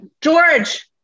george